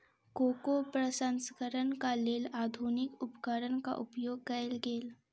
cocoa प्रसंस्करणक लेल आधुनिक उपकरणक उपयोग कयल गेल